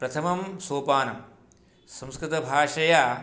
प्रथमं सोपानं संस्कृतभाषया